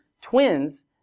twins